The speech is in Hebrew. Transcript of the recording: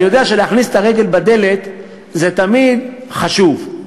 אני יודע שלהכניס את הרגל בדלת זה תמיד חשוב,